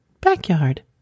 backyard